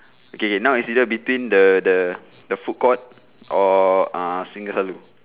okay K now is either between the the the food court or uh singgah selalu